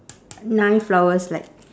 nine flowers like